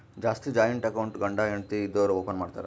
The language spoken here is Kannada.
ಜಾಸ್ತಿ ಜಾಯಿಂಟ್ ಅಕೌಂಟ್ ಗಂಡ ಹೆಂಡತಿ ಇದ್ದೋರು ಓಪನ್ ಮಾಡ್ತಾರ್